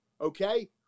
okay